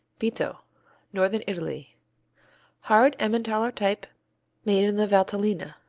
bitto northern italy hard emmentaler type made in the valtellina.